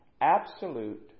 Absolute